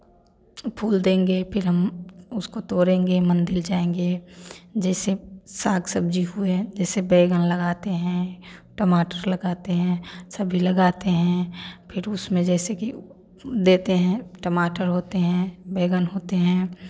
फूल देंगे फिर हम उसको तोड़ेंगे मंदिर जाएँगे जैसे साग सब्ज़ी हुए हैं जैसे बैंगन लगाते हैं टमाटर लगाते हैं सभी लगाते हैं फिर उसमें जैसे कि देते हैं टमाटर होते हैं बैंगन होते हैं